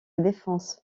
défense